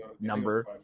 number